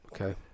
Okay